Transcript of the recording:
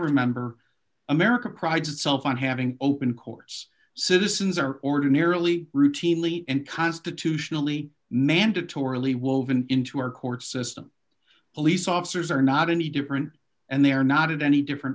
remember america prides itself on having open courts citizens are ordinarily routinely and constitutionally mandatorily woven into our court system police officers are not any different and they're not any different